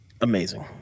amazing